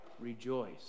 Rejoice